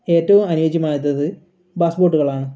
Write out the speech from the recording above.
ഏറ്റവും അനുയോജ്യമായത് ബാസ് ബോട്ടുകളാണ്